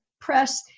press